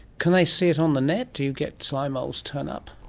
can they see it on the net? do you get slime moulds turn up?